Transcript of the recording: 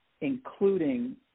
including